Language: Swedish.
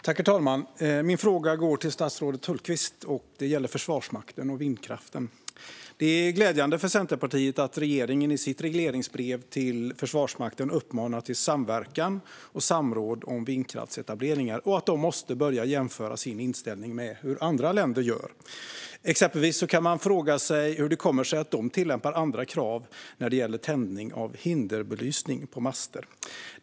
Herr talman! Min fråga går till statsrådet Hultqvist och gäller Försvarsmakten och vindkraften. Det är glädjande för Centerpartiet att regeringen i sitt regleringsbrev till Försvarsmakten uppmanar till samverkan och samråd om vindkraftsetableringen och säger att Försvarsmakten måste börja jämföra sin inställning med hur andra länder gör. Exempelvis kan man fråga sig hur det kommer sig att Försvarsmakten tillämpar andra krav när det gäller tändning av hinderbelysning på master.